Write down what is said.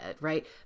right